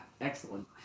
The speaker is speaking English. Excellent